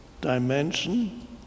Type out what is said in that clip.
dimension